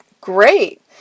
great